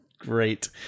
Great